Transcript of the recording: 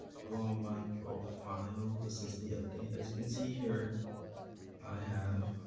go on my profile. this is the update as you can see here i have